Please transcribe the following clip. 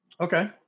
Okay